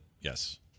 yes